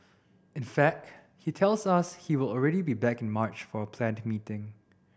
in fact he tells us he will already be back in March for a planned meeting